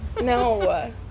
No